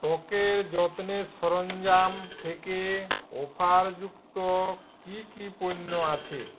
ত্বকের যত্নের সরঞ্জাম থেকে অফার যুক্ত কি কি পণ্য আছে